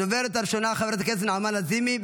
הדוברת הראשונה חברת הכנסת נעמה לזימי,